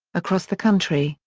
across the country,